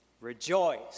rejoice